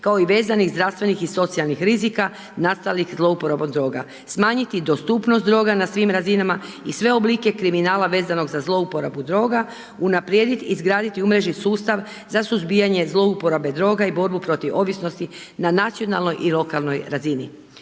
kao i vezanih zdravstvenih i socijalnih rizika, nastalih zlouporabom droga, smanjiti dostupnost droga, na svim razinama, i sve oblike kriminala vezanih uz zlouporabu droga unaprijediti i izgraditi umreženi sustav za suzbijanje zlouporabe droga i borbe protiv ovisnosti na nacionalnoj i lokalnoj sredini.